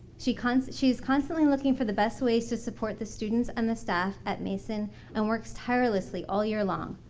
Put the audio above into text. she kind of she is constantly looking for the best way to support the students and the staff at mason and works tirelessly all year long.